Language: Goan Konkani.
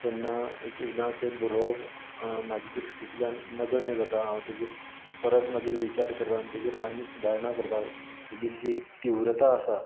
तेन्ना एक एकदां ते बरोवप म्हाज्या दृश्टींतल्यान नगण्य जाता हांव तेचेर परत मागीर विचार करता आनी तेचेर आनीक सुदारणां करपाक तेची जी तिव्रता आसा